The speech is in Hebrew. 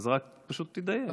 רק פשוט תדייק,